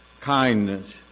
kindness